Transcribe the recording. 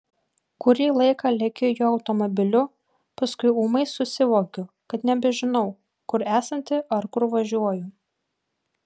kurį laiką lekiu jo automobiliu paskui ūmai susivokiu kad nebežinau kur esanti ar kur važiuoju